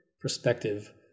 perspective